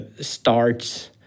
starts